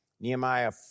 Nehemiah